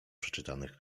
przeczytanych